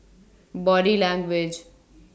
Body Language